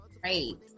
Great